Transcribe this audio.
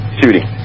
shooting